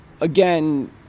again